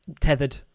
tethered